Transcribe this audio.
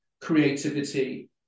creativity